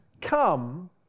come